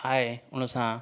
आहे उनसां